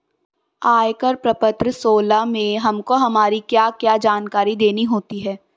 आयकर प्रपत्र सोलह में हमको हमारी क्या क्या जानकारी देनी होती है?